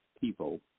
people